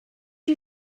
you